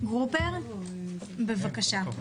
גרופר, בבקשה.